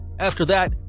after that,